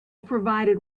provided